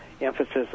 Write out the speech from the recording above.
emphasis